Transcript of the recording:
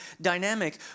dynamic